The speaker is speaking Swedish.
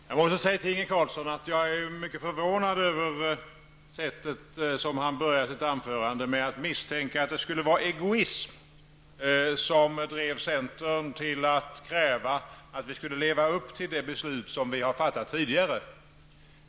Herr talman! Jag måste säga att jag är mycket förvånad över Inge Carlssons sätt att börja sitt anförande, med att misstänka att det skulle vara egoism som drev centern till att kräva att vi skall leva upp till det beslut vi tidigare har fattat.